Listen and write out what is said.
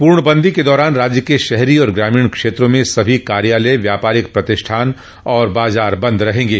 पूर्णबंदी के दौरान राज्य के शहरी और ग्रामीण क्षेत्रों में सभी कार्यालय व्यापारिक प्रतिष्ठान और बाजार बंद रहेंगे